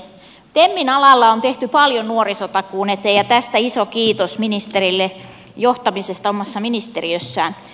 temin alalla on tehty paljon nuorisotakuun eteen tästä iso kiitos ministerille johtamisesta omassa ministeriössään